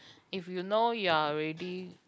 if you know you are already